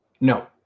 no